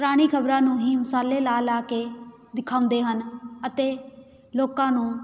ਪੁਰਾਣੀ ਖਬਰਾਂ ਨੂੰ ਹੀ ਮਸਾਲੇ ਲਾ ਲਾ ਕੇ ਦਿਖਾਉਂਦੇ ਹਨ ਅਤੇ ਲੋਕਾਂ ਨੂੰ